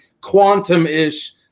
quantum-ish